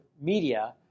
media